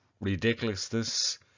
ridiculousness